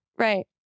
Right